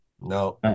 no